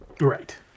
Right